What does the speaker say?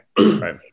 right